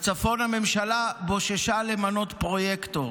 בצפון הממשלה בוששה למנות פרויקטור,